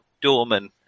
doorman